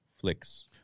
Flicks